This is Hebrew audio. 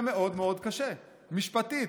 זה מאוד קשה משפטית.